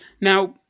now